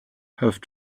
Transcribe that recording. have